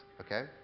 Okay